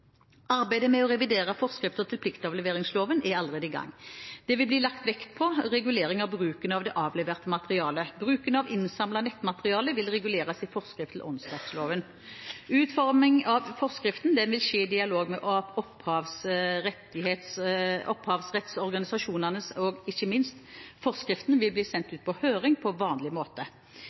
Arbeidet med å revidere forskriftene til pliktavleveringsloven er allerede i gang. Det vil bli lagt vekt på regulering av bruken av det avleverte materialet. Bruken av innsamlet nettmateriale vil reguleres i forskrift til åndsverksloven. Utformingen av forskriften vil skje i dialog med opphavsrettsorganisasjonene, og forskriften vil bli sendt ut på høring på vanlig måte.